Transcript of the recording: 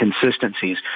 consistencies